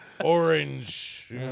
orange